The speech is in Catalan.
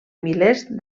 milers